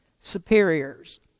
superiors